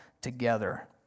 together